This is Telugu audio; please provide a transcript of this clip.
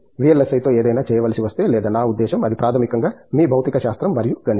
ఇది VLSI తో ఏదైనా చేయవలసి వస్తే లేదా నా ఉద్దేశ్యం అది ప్రాథమికంగా మీ భౌతిక శాస్త్రం మరియు గణితం